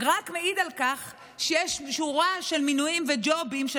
רק מעיד על כך שיש שורה של מינויים וג'ובים של